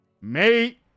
Mate